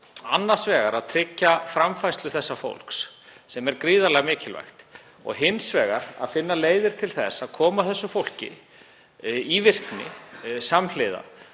Annars vegar að tryggja framfærslu þessa fólks, sem er gríðarlega mikilvægt, og hins vegar að finna leiðir til að koma því í virkni samhliða